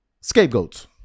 scapegoats